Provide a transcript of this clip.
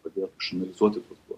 padėtų išanalizuoti tuos duomenis